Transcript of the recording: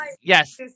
yes